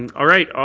all right, ah